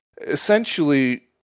Essentially